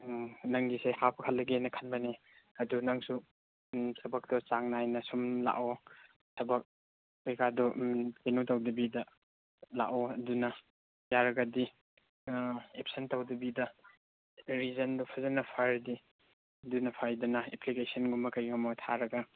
ꯎꯝ ꯅꯪꯒꯤꯁꯦ ꯍꯥꯞꯍꯜꯂꯒꯦꯅ ꯈꯟꯕꯅꯦ ꯑꯗꯨ ꯅꯪꯁꯨ ꯎꯝ ꯊꯕꯛꯇꯣ ꯆꯥꯡ ꯅꯥꯏꯅ ꯁꯨꯝ ꯂꯥꯛꯑꯣ ꯊꯕꯛ ꯀꯩꯀꯥꯗꯣ ꯎꯝ ꯀꯩꯅꯣ ꯇꯧꯗꯕꯤꯗ ꯂꯥꯛꯑꯣ ꯑꯗꯨꯅ ꯌꯥꯔꯒꯗꯤ ꯑꯥ ꯑꯦꯕꯁꯦꯟ ꯇꯧꯗꯕꯤꯗ ꯔꯤꯖꯟꯗꯣ ꯐꯖꯅ ꯐꯔꯗꯤ ꯑꯗꯨꯅ ꯐꯩꯗꯅ ꯑꯦꯄ꯭ꯂꯤꯀꯦꯁꯟꯒꯨꯝꯕ ꯀꯔꯤꯒꯨꯝꯕ ꯊꯥꯔꯒ